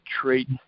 treat